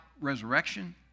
resurrection